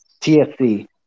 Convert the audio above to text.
TFC